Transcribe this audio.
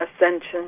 ascension